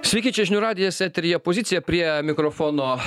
sveiki čia žinių radijas eteryje pozicija prie mikrofono